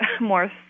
more